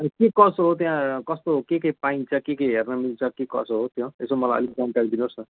अनि के कसो हो त्यहाँ कस्तो के के पाइन्छ के के हेर्न मिल्छ के कसो हो त्यो यसो मलाई अलिक जानकारी दिनुहोस् न